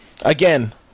Again